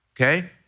okay